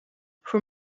voor